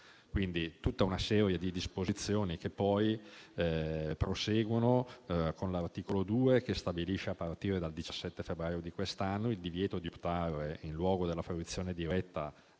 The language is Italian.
quindi tutta una serie di disposizioni che proseguono con l'articolo 2, che stabilisce, a partire dal 17 febbraio di quest'anno, il divieto di optare, in luogo della fruizione diretta